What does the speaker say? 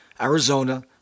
Arizona